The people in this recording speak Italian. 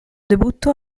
debutto